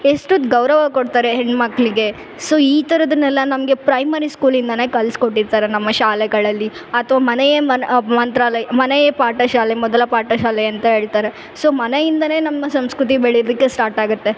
ಎಷ್ಟು ಗೌರವ ಕೊಡ್ತಾರೆ ಹೆಣ್ಣುಮಕ್ಳಿಗೆ ಸೋ ಈ ಥರದನ್ನೆಲ್ಲ ನಮಗೆ ಪ್ರೈಮರಿ ಸ್ಕೂಲಿಂದ ಕಲಿಸ್ಕೊಟ್ಟಿರ್ತಾರೆ ನಮ್ಮ ಶಾಲೆಗಳಲ್ಲಿ ಅಥ್ವ ಮನೆಯೇ ಮನೆ ಮಂತ್ರಾಲಯ ಮನೆಯೆ ಪಾಠ ಶಾಲೆ ಮೊದಲ ಪಾಠ ಶಾಲೆಯಂತ ಹೇಳ್ತಾರೆ ಸೊ ಮನೆಯಿಂದನೇ ನಮ್ಮ ಸಂಸ್ಕೃತಿ ಬೆಳಿಯೋದಕ್ಕೆ ಸ್ಟಾರ್ಟ್ ಆಗುತ್ತೆ